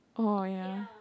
orh ya